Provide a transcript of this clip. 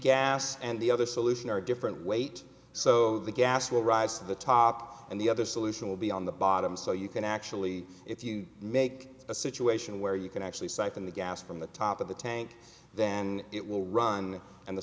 gas and the other solution are different weight so the gas will rise to the top and the other solution will be on the bottom so you can actually if you make a situation where you can actually siphon the gas from the top of the tank then it will run and the